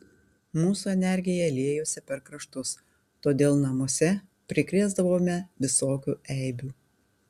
mūsų energija liejosi per kraštus todėl namuose prikrėsdavome visokių eibių